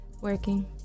Working